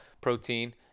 protein